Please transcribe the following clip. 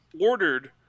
ordered